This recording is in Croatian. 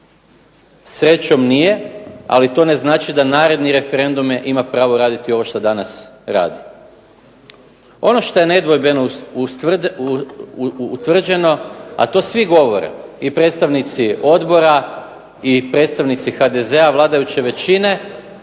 Srećom nije, ali to ne znači da naredne referendume ima pravo raditi ovo što danas radi. Ono što je nedvojbeno utvrđeno, a to svi govore i predstavnici odbora i predstavnici HDZ-a, vladajuće većine.